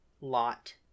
lot